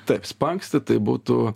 taip spanksti tai būtų